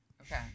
Okay